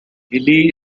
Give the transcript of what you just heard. healy